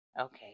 Okay